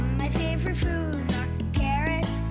my favorite foods are carrots,